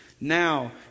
now